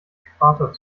äquator